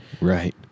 Right